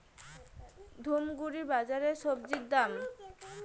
ধূপগুড়ি বাজারের স্বজি দাম?